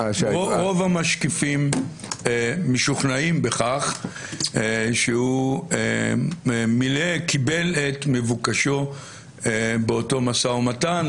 רוב המשקיפים משוכנעים בכך שהוא קיבל את מבוקשו באותו משא ומתן.